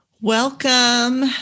Welcome